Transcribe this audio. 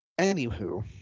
Anywho